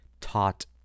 taught